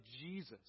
Jesus